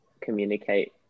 communicate